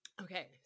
okay